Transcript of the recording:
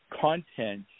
content